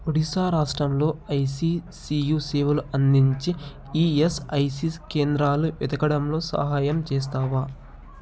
ఒడిస్సా రాష్ట్రంలో ఐసిసియు సేవలు అందించి ఈఎస్ఐసి కేంద్రాలు వెతకడంలో సహాయం చేస్తావా